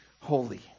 holy